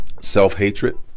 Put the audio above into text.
self-hatred